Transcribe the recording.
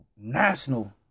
national